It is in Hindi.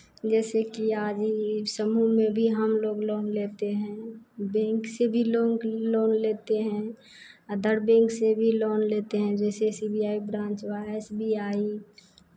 जैसे कि आज ही समूह में भी हम लोग लोन लेते हैं बैंक से भी लोन लोन लेते हैं अदर बैंक से भी लोन लेते हैं जैसे सी बी आई ब्रांच हुआ एस बी आई